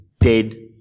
dead